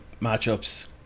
matchups